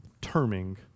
terming